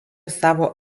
savo